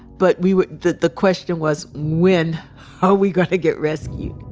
but we were the the question was, when are we going to get rescued?